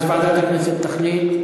אז ועדת הכנסת תחליט.